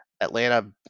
atlanta